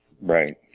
Right